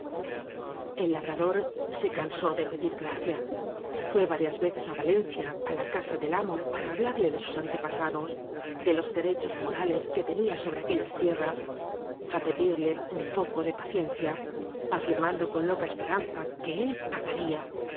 el labrador se cansó de pedir gracia fué varias veces á valencia á la casa del amo para hablarle de sus antepasados de los derechos morales que tenía sobre aquellas tierras á pe dirle un poco de paciencia afirmando con loca esperanza que él pagaría